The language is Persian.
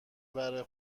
برای